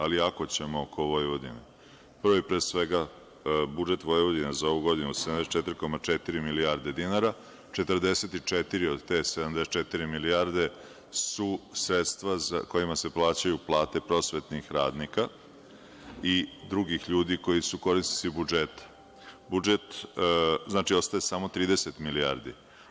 Ako ćemo oko Vojvodine, pre svega, budžet Vojvodina za ovu godinu je 74,4 milijarde dinara, 44 od te 74 milijarde, su sredstva kojima se plaćaju plate prosvetnih radnika i drugih ljudi koji su korisnici budžeta, znači ostaje samo 30 milijardi.